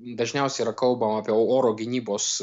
dažniausiai yra kalbama apie oro gynybos